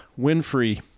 Winfrey